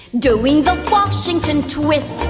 doing the washington twist.